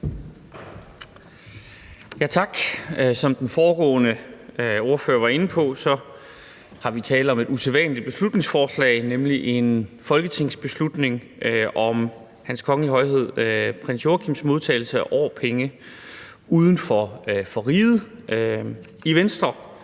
Tak. Som den foregående ordfører var inde på, er der tale om et usædvanlig beslutningsforslag, nemlig en folketingsbeslutning om Hans Kongelige Højhed Prins Joachims modtagelse af årpenge uden for riget. I Venstre